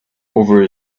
over